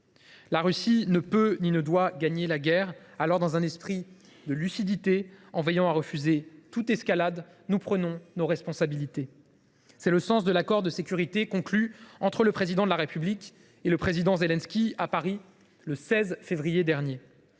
La Russie ne peut ni ne doit gagner la guerre. Dans un esprit de lucidité, en veillant à refuser toute escalade, nous prenons donc nos responsabilités. C’est le sens de l’accord de sécurité conclu entre le Président de la République et le président Zelensky à Paris, le 16 février dernier.